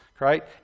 right